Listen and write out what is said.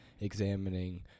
examining